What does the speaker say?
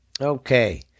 Okay